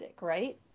right